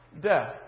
death